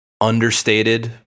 understated